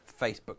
Facebook